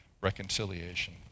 reconciliation